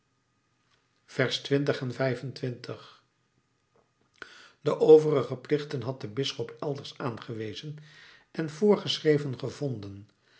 de overige plichten had de bisschop elders aangewezen en voorgeschreven gevonden